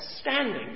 standing